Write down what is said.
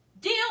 Deal